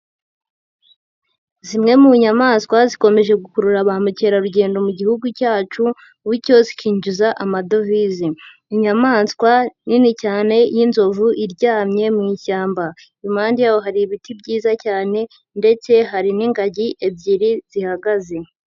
Zimwe mu nyamaswa zikomeje gukurura ba mukerarugendo mu gihugu cyacu bityo zikinjiza amadovize, inyamaswa nini cyane y'inzovu iryamye mu ishyamba, impande yaho hari ibiti byiza cyane ndetse hari n'ingagi ebyiri zihagaze.